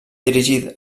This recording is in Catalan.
dirigit